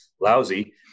lousy